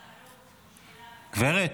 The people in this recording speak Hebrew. גברת.